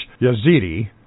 Yazidi